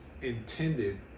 intended